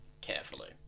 carefully